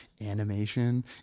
animation